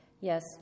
Yes